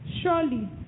Surely